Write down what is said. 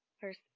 First